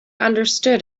understood